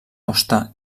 hoste